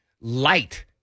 light